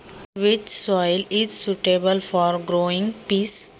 वाटाणा पिकासाठी कोणती माती योग्य आहे?